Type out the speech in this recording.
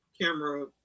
camera